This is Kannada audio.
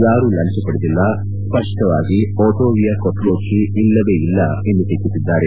ಯಾರೂ ಲಂಚ ಪಡೆದಿಲ್ಲ ಸ್ವಷ್ಟವಾಗಿ ಓಟೋವಿಯೋ ಕೊಟೋಚ ಇಲ್ಲವೇ ಇಲ್ಲ ಎಂದು ಟೀಕಿಸಿದ್ದಾರೆ